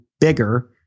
bigger